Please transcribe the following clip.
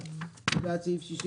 אושר מי בעד סעיף 53?